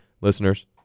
listeners